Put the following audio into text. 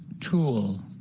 Tool